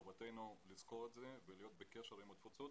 וחובתנו לזכור את זה ולהיות בקשר עם התפוצות